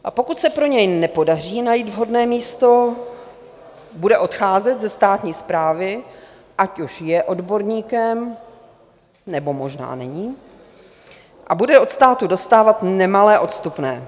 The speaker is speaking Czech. A pokud se pro něj nepodaří najít vhodné místo, bude odcházet ze státní správy, ať už je odborníkem, nebo možná není, a bude od státu dostávat nemalé odstupné.